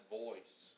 voice